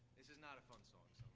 this is not a folk so